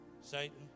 Satan